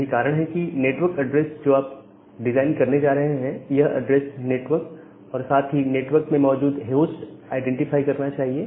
यही कारण है कि नेटवर्क एड्रेस जो आप डिजाइन करने जा रहे हैं यह एड्रेस नेटवर्क और साथ ही साथ नेटवर्क में मौजूद होस्ट आईडेंटिफाई करना चाहिए